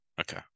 Okay